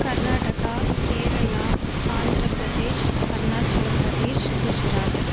Karnataka Kerala Andhra Pradesh Arunachal Pradesh Gujarat